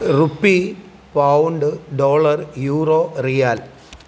rupee pound dollar euro riyal